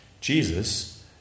Jesus